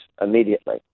immediately